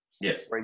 Yes